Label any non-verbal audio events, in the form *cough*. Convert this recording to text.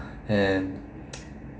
and *noise*